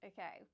Okay